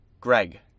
Greg